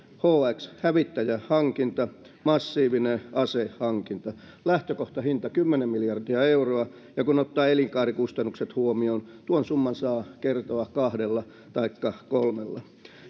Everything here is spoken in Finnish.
hx hävittäjähankinta massiivinen asehankinta lähtökohtahinta kymmenen miljardia euroa ja kun ottaa elinkaarikustannukset huomioon tuon summan saa kertoa kahdella taikka kolmella